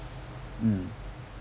mm